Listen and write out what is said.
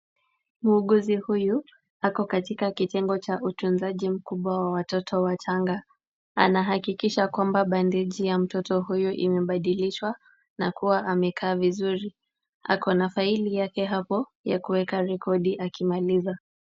Muuguzi huyu ako katika kitengo cha utunzaji mkubwa wa watoto wachanga. Anahakikisha kwamba bandeji ya mtoto huyu imebadilishwa na kuwa amekaa vizuri. Ako na faili yake hapo, ya kueka rekodi akimaliza.